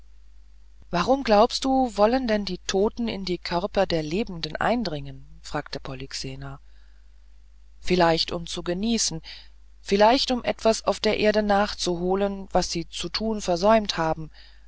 warum glaubst du wollen denn die toten in die körper der lebenden eindringen fragte polyxena vielleicht um zu genießen vielleicht um etwas auf der erde nachzuholen was sie zu tun versäumt haben